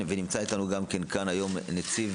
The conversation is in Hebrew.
ונמצא אתנו גם כן כאן היום נציב